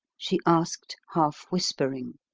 she asked, half whispering.